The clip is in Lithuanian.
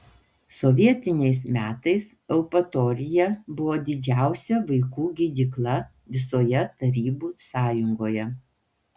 sovietiniais metais eupatorija buvo didžiausia vaikų gydykla visoje tarybų sąjungoje